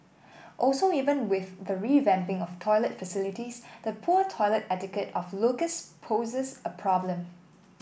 also even with the revamping of toilet facilities the poor toilet etiquette of locals poses a problem